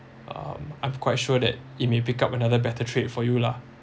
um I'm quite sure that it may pick up another better trade for you lah